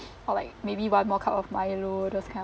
or like maybe one more cup of milo those kind